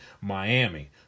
Miami